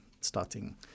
starting